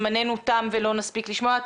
זמננו תם ולא נספיק לשמוע.